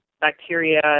bacteria